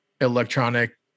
electronic